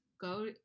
go